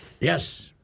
Yes